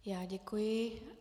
Já děkuji.